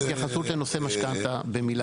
התייחסות לנושא משכנתא במילה.